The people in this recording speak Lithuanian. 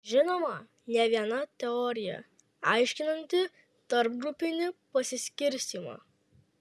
žinoma ne viena teorija aiškinanti tarpgrupinį pasiskirstymą